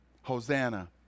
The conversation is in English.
Hosanna